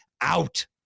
Out